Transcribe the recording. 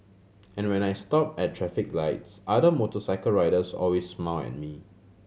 and when I stop at traffic lights other motorcycle riders always smile at me